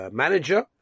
manager